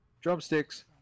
Drumsticks